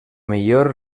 millor